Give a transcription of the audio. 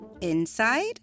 inside